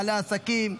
בעלי עסקים,